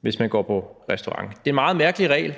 hvis man går på restaurant. Det er en meget mærkelig regel,